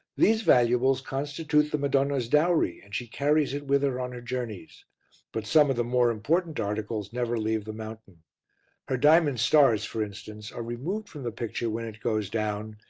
these valuables constitute the madonna's dowry and she carries it with her on her journeys but some of the more important articles never leave the mountain her diamond stars, for instance, are removed from the picture when it goes down,